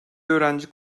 öğrenci